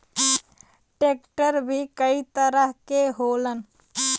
tractor भी कई तरह के होलन